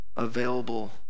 Available